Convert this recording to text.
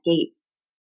gates